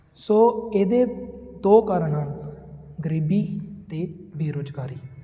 ਸੋ ਇਹਦੇ ਦੋ ਕਾਰਨ ਹਨ ਗਰੀਬੀ ਅਤੇ ਬੇਰੁਜ਼ਗਾਰੀ